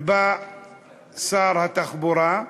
ובא שר התחבורה,